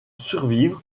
survivre